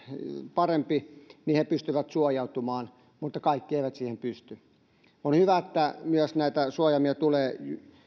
parempi pystyvät suojautumaan mutta kaikki eivät siihen pysty on hyvä että myös näitä suojaimia tulee